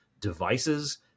devices